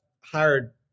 hired